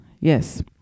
Yes